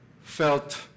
felt